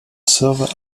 server